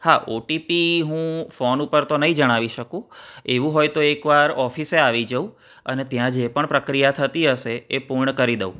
હા ઓટીપી હું ફોન ઉપર તો નહીં જણાવી શકું એવું હોય તો એકવાર ઓફિસે આવી જઉં અને ત્યાં જે પણ પ્રક્રિયા થતી હશે એ પૂર્ણ કરી દઉં